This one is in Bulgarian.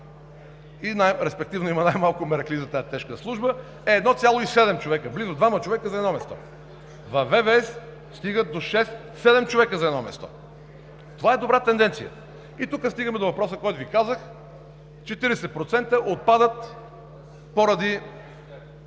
и респективно има най-малко мераклии за тази тежка служба, е 1,7 човека – близо двама човека за едно място. Във ВВС стигат до 6 – 7 човека за едно място. Това е една добра тенденция. Тук стигаме до въпроса, за който Ви казах – 40% отпадат поради